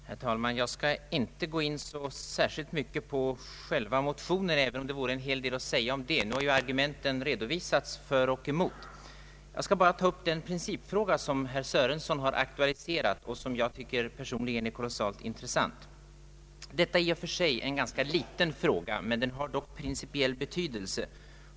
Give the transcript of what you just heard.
Herr talman! Jag skall inte gå in särskilt mycket på själva motionen, även om det vore en hel del att säga om den, men nu har ju argumenten för och emot redovisats. Jag skall bara ta upp den principfråga som herr Sörenson aktualiserat och som jag personligen tycker är mycket intressant. Detta är i och för sig en ganska liten fråga, men den har dock en principiell betydelse.